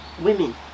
women